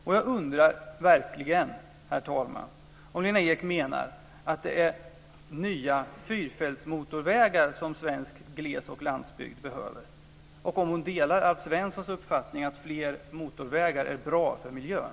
Och jag undrar verkligen, herr talman, om Lena Ek menar att det är nya fyrfältsmotorvägar som svensk gles och landsbygd behöver och om hon delar Alf Svenssons uppfattning att fler motorvägar är bra för miljön.